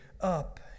up